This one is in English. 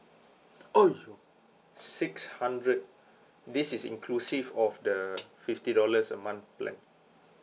!aiyo! six hundred this is inclusive of the fifty dollars a month plan